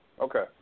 Okay